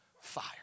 fire